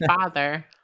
father